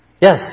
Yes